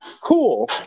cool